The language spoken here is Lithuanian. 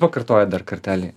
pakartoja dar kartelį